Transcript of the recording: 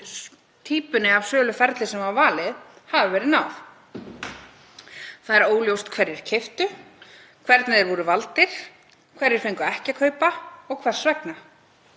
og týpunni af söluferli sem var valin hafi verið náð. Það er óljóst hverjir keyptu, hvernig þeir voru valdir, hverjir fengu ekki að kaupa og hvers vegna.